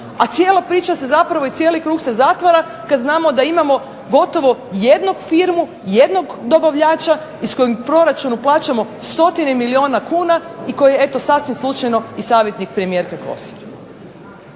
a cijela priča se zapravo i cijeli krug se zatvara kada znamo da imamo jednu firmu, jednog dobavljača iz kojeg proračunu plaćamo stotine milijuna kuna i koji je eto sasvim slučajno i savjetnik premijerke Kosor.